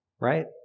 right